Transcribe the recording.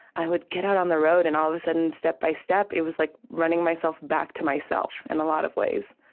i would get out on the road and all of a sudden, step by step, it was like running myself back to myself in a lot of ways.